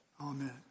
amen